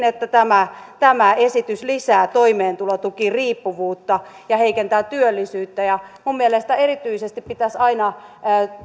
että tämä tämä esitys lisää toimeentulotukiriippuvuutta ja heikentää työllisyyttä minun mielestäni erityisesti pitäisi aina